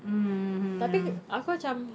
mm mm mm mm ya